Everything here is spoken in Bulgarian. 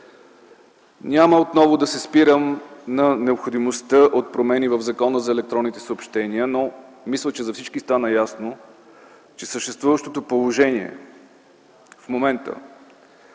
Няма отново да се спирам на необходимостта от промени в Закона за електронните съобщения, но мисля, че за всички стана ясно, че съществуващото положение в момента